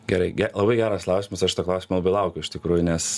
gerai labai geras klausimas aš šito klausimo labai laukiau iš tikrųjų nes